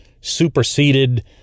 superseded